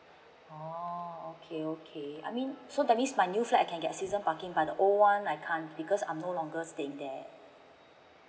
oh okay okay I mean so that's mean my new flat I can get season parking but the old one I can't because I'm no longer stay there